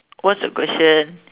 what's the question